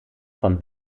von